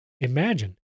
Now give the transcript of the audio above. Imagine